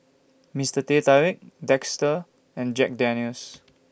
Mister Teh Tarik and Jack Daniel's